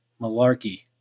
malarkey